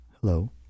Hello